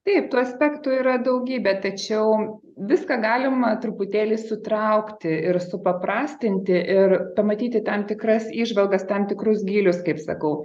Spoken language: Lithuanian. taip tų aspektų yra daugybė tačiau viską galima truputėlį sutraukti ir supaprastinti ir pamatyti tam tikras įžvalgas tam tikrus gylius kaip sakau